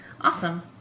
awesome